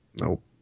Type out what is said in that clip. Nope